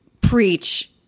preach